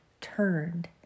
turned